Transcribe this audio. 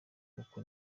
uku